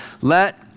let